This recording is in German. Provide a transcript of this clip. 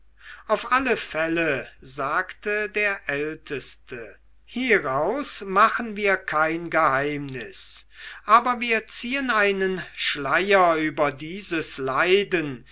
auf alle fälle sagte der älteste hieraus machen wir kein geheimnis aber wir ziehen einen schleier über diese leiden